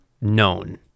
known